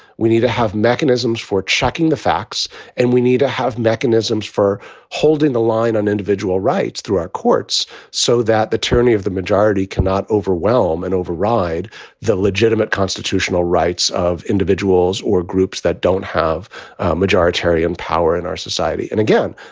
we need to have mechanisms for checking the facts and we need to have mechanisms for holding the line on individual rights through our courts so that the tyranny of the majority cannot overwhelm and override the legitimate constitutional rights of individuals or groups that don't have majority in power in our society. and again,